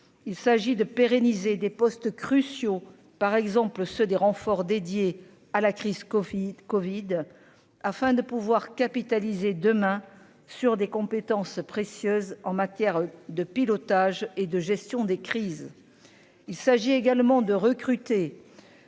il s'agit de pérenniser des postes cruciaux par exemple ceux des renforts dédié à la crise Covid Covid afin de pouvoir capitaliser demain sur des compétences précieuses en matière de pilotage et de gestion des crises, il s'agit également de recruter